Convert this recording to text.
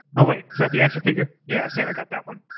oh, wait. is that the action figure? yeah, santa got that one.